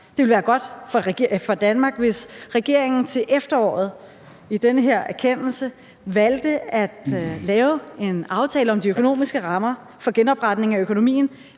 Det ville være godt for Danmark, hvis regeringen til efteråret med den her erkendelse valgte at lave en aftale om de økonomiske rammer for genopretning af økonomien